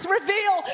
reveal